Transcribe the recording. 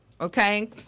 Okay